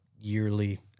yearly